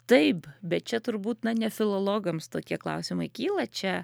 taip bet čia turbūt na ne filologams tokie klausimai kyla čia